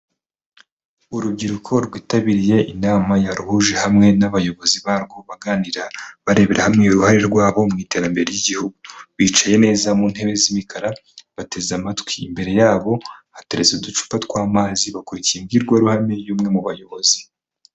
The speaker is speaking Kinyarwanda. Urubyiruko rwitabiriye inama yaruhuje hamwe n'abayobozi barwo baganira barebera hamwe uruhare rwabo mu iterambere ry'igihugu, bicaye neza mu ntebe z'imikara bateze amatwi, imbere yabo hateretse uducupa tw'amazi, bakurikiye imbwirwaruhame y'umwe mu bayobozi.